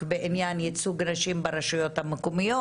בעניין ייצוג נשים ברשויות המקומיות.